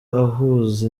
ahuza